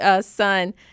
son